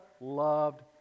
loved